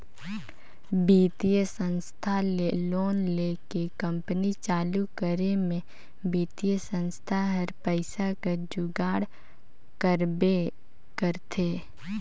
बित्तीय संस्था ले लोन लेके कंपनी चालू करे में बित्तीय संस्था हर पइसा कर जुगाड़ करबे करथे